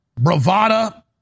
bravada